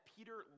Peter